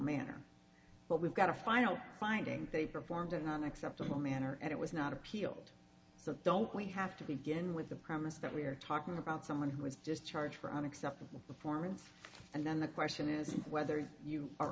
manner but we've got a final finding they performed in an acceptable manner and it was not appealed but don't we have to begin with the premise that we are talking about someone who is just charged for unacceptable performance and then the question is whether you are